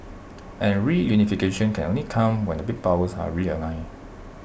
and reunification can only come when the big powers are realigned